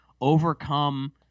overcome